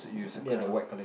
ya